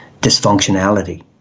dysfunctionality